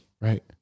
Right